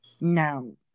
now